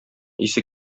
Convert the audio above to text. исе